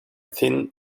thin